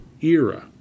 era